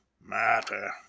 Matter